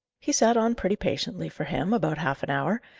he sat on pretty patiently, for him, about half an hour,